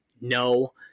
No